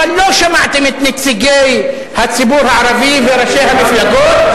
אבל לא שמעתם את נציגי הציבור הערבי וראשי המפלגות,